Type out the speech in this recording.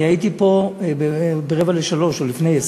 הייתי פה ב-14:45 או לפני,